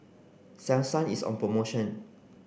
Selsun is on promotion